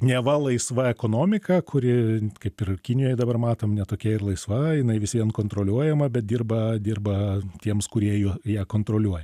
neva laisva ekonomika kuri kaip ir kinijoj dabar matom ne tokia ir laisva jinai vis vien kontroliuojama bet dirba dirba tiems kurie juo ją kontroliuoja